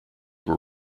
were